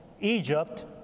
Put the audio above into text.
Egypt